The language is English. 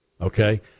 okay